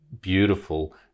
beautiful